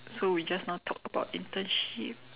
so we just now talked about internship